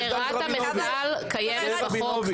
ברירת המחדל הוא רבינוביץ'.